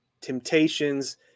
temptations